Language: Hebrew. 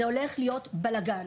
זה הולך להיות בלגן,